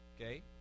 Okay